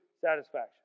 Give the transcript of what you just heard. satisfaction